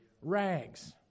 rags